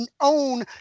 own